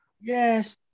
Yes